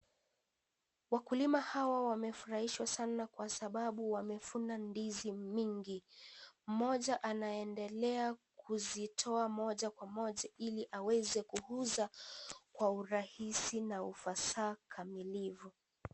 Wakulima hawa, wamefurahishwa sana kwa sababu, wamevuna ndizi mingi. Mmoja, anaendelea kuzitoa moja kwa moja, ili aweze kuuza kwa urahisi na ufasaha ukamilifu.